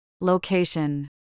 Location